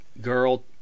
girl